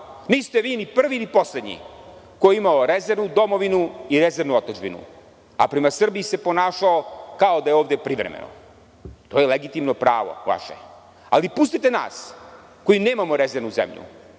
Niste vi ni prvi ni poslednji koji je imao rezervnu domovinu i rezervnu otadžbinu, a prema Srbiji se ponašao kao da je ovde privremeno. To je vaše legitimno pravo. Ali, pustite nas koji nemamo rezervnu zemlju